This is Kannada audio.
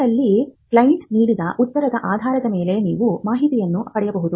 ಇದರಲ್ಲಿ ಕ್ಲೈಂಟ್ ನೀಡಿದ ಉತ್ತರದ ಆಧಾರದ ಮೇಲೆ ನೀವು ಮಾಹಿತಿಯನ್ನು ಪಡೆಯಬಹುದು